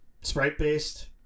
Sprite-based